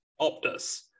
Optus